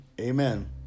Amen